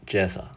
jess ah